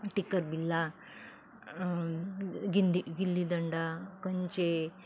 टिखत बिल्ला गिंदी गिल्लीदंडा कंचे